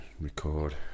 record